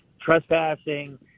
trespassing